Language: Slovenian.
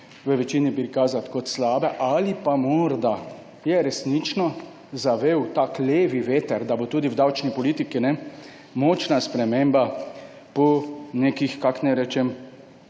v večini prikazati kot slabe ali pa je morda resnično zavel tak levi veter, da bo tudi v davčni politiki močna sprememba po nekih, kako naj rečem,